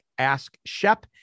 AskShep